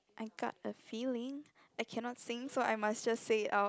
I got a feeling I cannot sing so I must just say it out